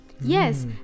Yes